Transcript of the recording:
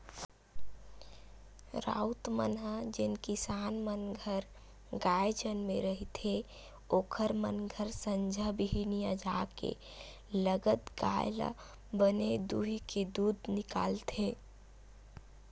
राउत मन ह जेन किसान मन घर गाय जनमे रहिथे ओखर मन घर संझा बिहनियां जाके लगत गाय ल बने दूहूँके दूद निकालथे